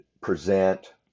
present